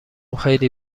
خیلی